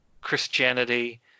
Christianity